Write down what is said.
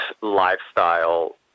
lifestyle